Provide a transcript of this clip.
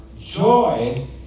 joy